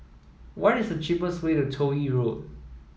what is the cheapest way to Toh Yi Road